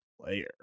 player